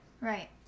right